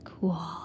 cool